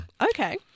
Okay